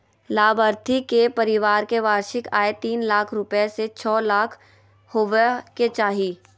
लाभार्थी के परिवार के वार्षिक आय तीन लाख रूपया से छो लाख होबय के चाही